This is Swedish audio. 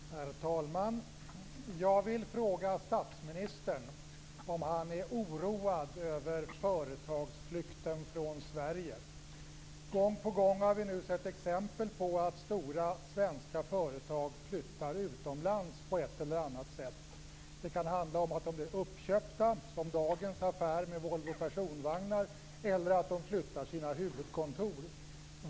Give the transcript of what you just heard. Herr talman! Jag vill fråga statsministern om han är oroad över företagsflykten från Sverige. Vi har nu gång på gång sett exempel på att stora svenska företag på ett eller annat sätt flyttar utomlands. Det kan handla om att de blir uppköpta, som i dagens affär med Volvo Personvagnar, eller om att de flyttar sina huvudkontor.